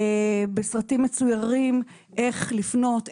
בסרטים מצוירים איך לפנות,